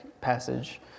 passage